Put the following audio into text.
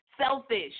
selfish